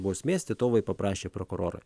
bausmės titovui paprašė prokurorai